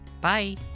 Bye